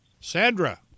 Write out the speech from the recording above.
Sandra